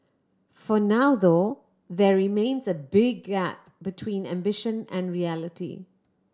for now though there remains a big gap between ambition and reality